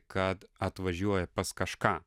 kad atvažiuoja pas kažką